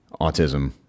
autism